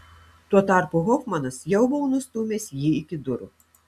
tuo tarpu hofmanas jau buvo nustūmęs jį iki durų